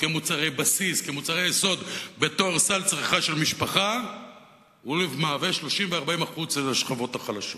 כמוצרי בסיס בסל צריכה של משפחה הוא 30% 40% אצל השכבות החלשות.